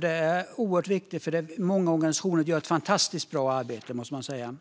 Det är oerhört viktigt, för många organisationer gör ett fantastiskt bra arbete, måste jag säga.